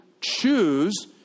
choose